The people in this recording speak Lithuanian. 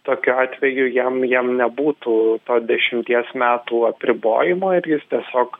tokiu atveju jam jam nebūtų to dešimties metų apribojimo ir jis tiesiog